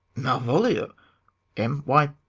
malvolio m why,